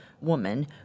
woman